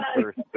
first